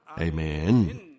Amen